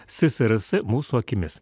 ssrs mūsų akimis